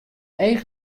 each